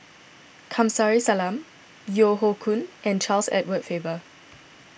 Kamsari Salam Yeo Hoe Koon and Charles Edward Faber